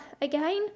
again